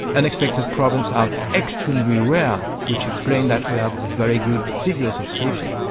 unexpected problems are extremely rare which explains that we have very good figures of safety.